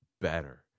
better